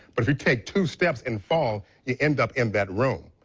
but if you take two steps and fall, you end up in that room.